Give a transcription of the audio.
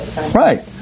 Right